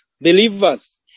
believers